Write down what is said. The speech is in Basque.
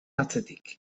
atzetik